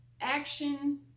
action